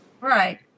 Right